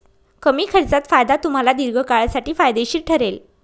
कमी खर्चात फायदा तुम्हाला दीर्घकाळासाठी फायदेशीर ठरेल